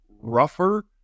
rougher